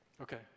Okay